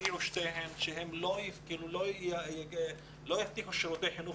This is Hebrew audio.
שתיהן הודיעו שהן לא יספקו שירותי חינוך